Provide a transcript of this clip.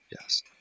Yes